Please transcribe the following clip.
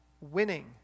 winning